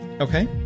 Okay